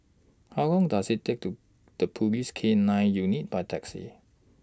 How Long Does IT Take to The Police K nine Unit By Taxi